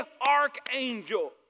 archangel